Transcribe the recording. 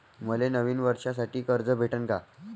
मले नवीन वर्षासाठी कर्ज भेटन का?